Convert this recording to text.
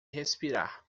respirar